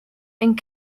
and